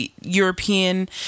european